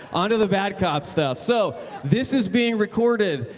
onto the bad cop stuff. so this is being recorded.